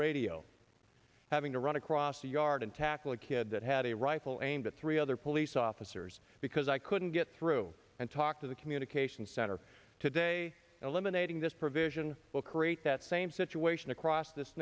radio having to run across the yard and tackle a kid that had a rifle aimed at three other police officers because i couldn't get through and talk to the communication center today eliminating this provision will create that same situation across this